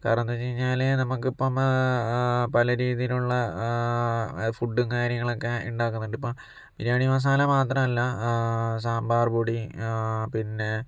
കാരണം എന്താണെന്ന് വച്ച് കഴിഞ്ഞാല് നമുക്കിപ്പോൾ പല രീതിയിലുള്ള ഫുഡും കാര്യങ്ങളൊക്കെ ഉണ്ടാക്കുന്നുണ്ട് ഇപ്പോൾ ബിരിയാണി മസാല മാത്രല്ല സാമ്പാർ പൊടി പിന്നെ